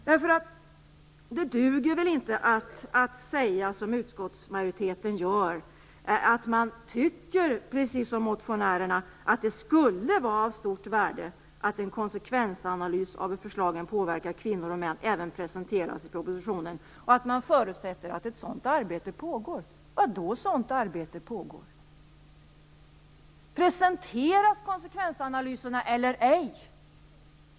Det duger inte att, som utskottsmajoriteten gör, säga att man precis som motionärerna tycker att det skulle vara av stor värde att en konsekvensanalys av hur förslag påverkar kvinnor och män presenteras i propositionerna och att man förutsätter att ett sådant arbete pågår. Vad då "sådant arbete pågår"? Presenteras konsekvensanalyserna eller ej?